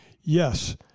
yes